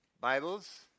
Bibles